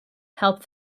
help